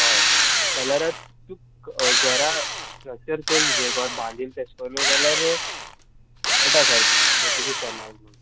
हय कलराक तूं घोरां स्ट्रक्चर चोलय गो बांदील तेश कोनू जाल्यार कोटा सारकें पोर्तुगीज टायमार म्हूण